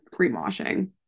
greenwashing